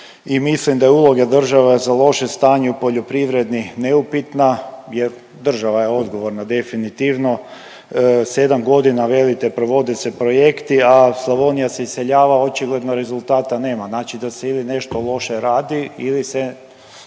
mislim da je uloga države za loše stanje u poljoprivredi neupitna, jer država je odgovorna definitivno. 7 godina velite provode se projekti, a Slavonija se iseljava. Očigledno rezultata nema, znači da se ili nešto loše radi ili se